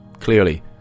Clearly